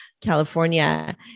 california